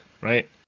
right